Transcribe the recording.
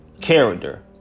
Character